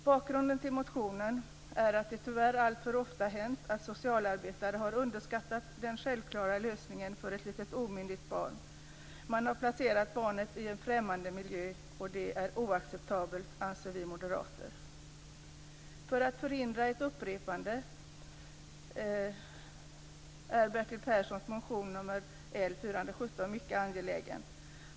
Bakgrunden till motionen är att det tyvärr alltför ofta har hänt att socialarbetare har underskattat denna självklara lösning för ett omyndigt barn. Man har placerat barnet i en helt främmande miljö. Detta är oacceptabelt, anser vi moderater. För att man skall förhindra ett upprepande är Bertil Perssons motion L417 mycket angelägen.